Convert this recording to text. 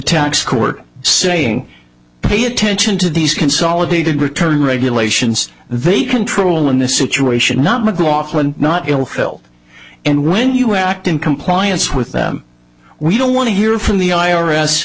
tax court saying pay attention to these consolidated return regulations they control in this situation not mclaughlin not ill felt and when you act in compliance with them we don't want to hear from the i